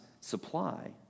supply